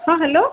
ହଁ ହେଲୋ